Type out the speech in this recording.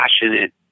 passionate